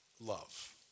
love